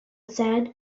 said